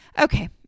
Okay